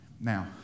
Now